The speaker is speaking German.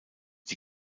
die